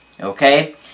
Okay